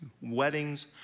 weddings